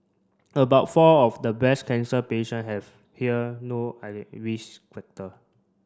about four of the breast cancer patient have here no risk factor